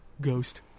Ghost